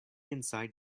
inside